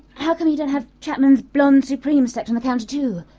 how come you don't have chapman's blond supremes stacked on the counter too?